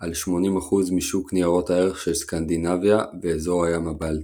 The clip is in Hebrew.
על 80% משוק ניירות הערך של סקנדינביה ואזור הים הבלטי.